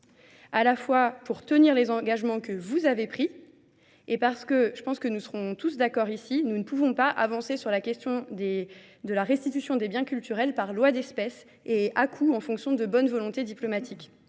à la fois pour tenir les engagements que vous avez pris et parce que je pense que nous serons tous d'accord ici, nous ne pouvons pas avancer sur la question de la restitution des biens culturels par loi d'espèce et à coup en fonction de bonnes volontés diplomatiques.